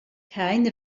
kein